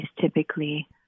typically